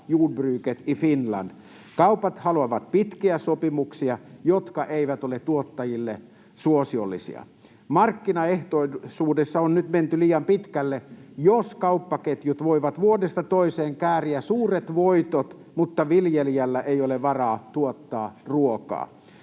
Kaupat haluavat pitkiä sopimuksia, jotka eivät ole tuottajille suosiollisia. Markkinaehtoisuudessa on nyt menty liian pitkälle, jos kauppaketjut voivat vuodesta toiseen kääriä suuret voitot, mutta viljelijällä ei ole varaa tuottaa ruokaa.